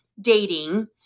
dating